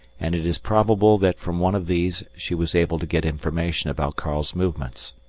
and it is probable that from one of these she was able to get information about karl's movements.